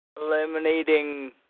eliminating